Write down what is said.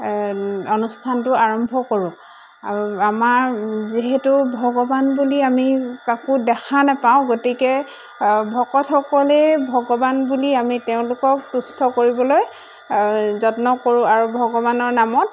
অনুষ্ঠানটো আৰম্ভ কৰোঁ আৰু আমাৰ যিহেতু ভগৱান বুলি আমি কাকো দেখা নেপাওঁ গতিকে ভকতসকলেই ভগৱান বুলি আমি তেওঁলোকক তুষ্ট কৰিবলৈ যত্ন কৰোঁ আৰু ভগৱানৰ নামত